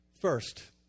First